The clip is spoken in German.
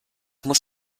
muss